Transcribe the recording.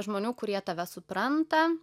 žmonių kurie tave supranta